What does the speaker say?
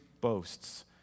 boasts